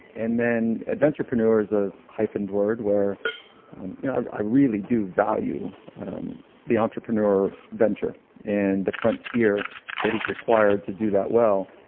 and then adventure-preneur is a hyphened word where you know i really do value the entrepreneur venture and the frontier that is required to do that well.